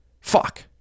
Fuck